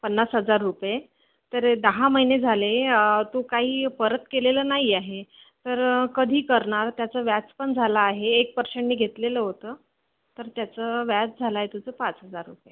पन्नास हजार रुपये तर दहा महिने झाले तू काही परत केलेलं नाही आहे तर कधी करणार त्याचं व्याज पण झाला आहे एक पर्सेंटने घेतलेलं होतं तर त्याचं व्याज झाला आहे तुझं पाच हजार रुपये